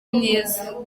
myiza